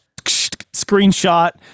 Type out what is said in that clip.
Screenshot